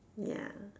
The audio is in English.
ya